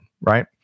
Right